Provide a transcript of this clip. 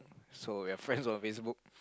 so we're friends on Facebook